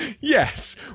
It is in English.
Yes